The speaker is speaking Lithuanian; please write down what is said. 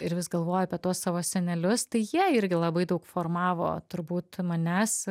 ir vis galvoju apie tuos savo senelius tai jie irgi labai daug formavo turbūt manęs